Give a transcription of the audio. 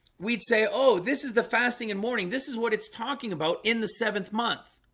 we'd say oh this is the fasting in mourning. this is what it's talking about in the seventh month